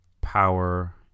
Power